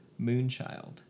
Moonchild